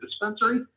dispensary